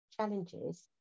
challenges